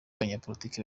abanyapolitiki